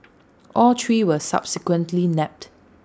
all three were subsequently nabbed